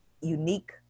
unique